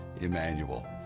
Emmanuel